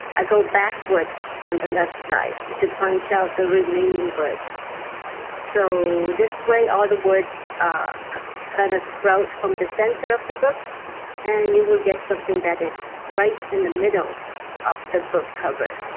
ah go backwards on the left side to punch out the remaining words so this way all the words ah kind of sprout from the center of the book and you will get something that is right in the middle of the book cover